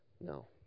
no